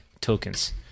tokens